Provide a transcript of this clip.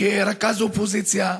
כרכז אופוזיציה.